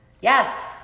Yes